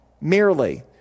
merely